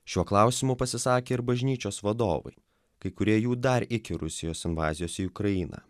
šiuo klausimu pasisakė ir bažnyčios vadovai kai kurie jų dar iki rusijos invazijos į ukrainą